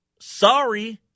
sorry